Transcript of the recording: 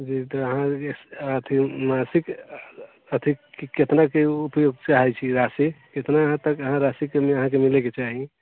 जी अहाँके अथि मासिक अथि कितनाके उपयोग चाहै छी राशि कितने तक राशि अहाँके मिलैके चाही